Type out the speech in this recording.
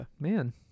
man